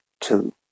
Two